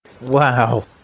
Wow